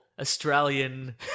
Australian